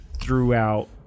throughout